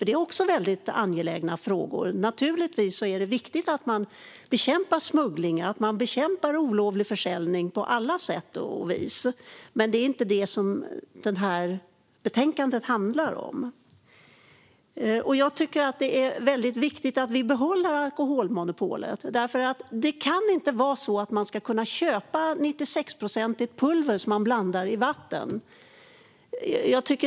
Det är också angelägna frågor. Givetvis är det viktigt att bekämpa smuggling och olovlig försäljning på alla sätt, men det är inte det dagens betänkande handlar om. Det är viktigt att behålla alkoholmonopolet, för man ska inte kunna köpa 96-procentigt pulver som kan blandas i vatten.